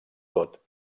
tot